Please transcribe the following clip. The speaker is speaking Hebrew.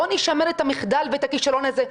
בואו נשמר את המחדל הזה ואת הכישלון הזה.